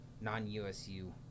non-USU